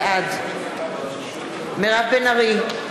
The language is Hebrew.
בעד מירב בן ארי,